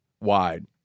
wide